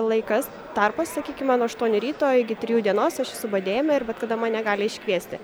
laikas tarpas sakykime nuo aštuonių ryto iki trijų dienos aš esu budėjime ir bet kada mane gali iškviesti